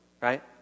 Right